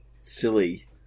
silly